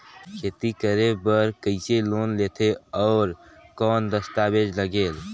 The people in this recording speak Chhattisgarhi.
खेती करे बर कइसे लोन लेथे और कौन दस्तावेज लगेल?